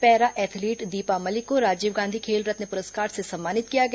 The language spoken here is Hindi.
पैरा एथलीट दीपा मलिक को राजीव गांधी खेल रत्न पुरस्कार से सम्मानित किया गया